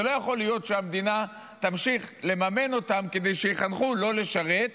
זה לא יכול להיות שהמדינה תמשיך לממן אותם כדי שיחנכו לא לשרת.